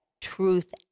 truth